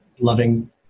loving